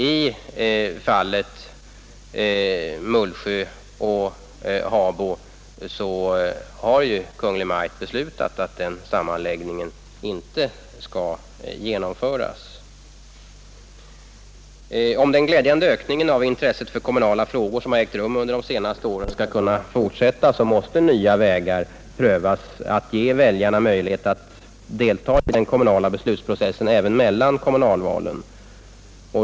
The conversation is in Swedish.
I fallet Mullsjö och Habo har ju Kungl. Maj:t också beslutat att den sammanläggningen inte skall genomföras. Om den glädjande ökningen under de senaste åren av intresset för kommunala frågor skall kunna fortsätta, måste nya vägar prövas för att ge väljarna möjlighet att delta i den kommunala beslutsprocessen även mellan kommunalvalen.